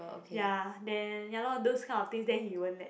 ya then ya lor those kind of thing then he won't let